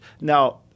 Now